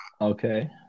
Okay